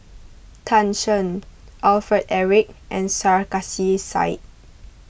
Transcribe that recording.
Tan Shen Alfred Eric and Sarkasi Said